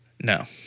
No